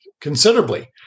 considerably